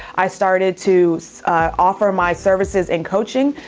i started to offer my services in coaching,